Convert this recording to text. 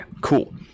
Cool